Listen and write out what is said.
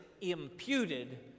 imputed